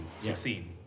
succeed